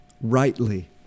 rightly